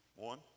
One